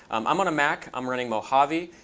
um i'm on a mac. i'm running mojave.